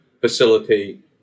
facilitate